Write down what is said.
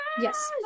Yes